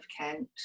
Kent